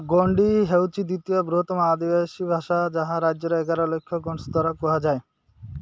ଗୋଣ୍ଡି ହେଉଛି ଦ୍ୱିତୀୟ ବୃହତ୍ତମ ଆଦିବାସୀ ଭାଷା ଯାହା ରାଜ୍ୟର ଏଗାର ଲକ୍ଷ ଗୋଣ୍ଡସ୍ ଦ୍ୱାରା କୁହାଯାଏ